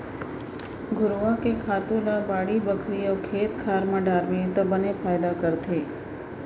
घुरूवा के खातू ल बाड़ी बखरी अउ खेत खार म डारबे त बने फायदा करथे